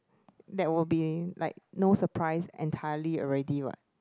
that will be like no surprise entirely already what